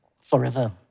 Forever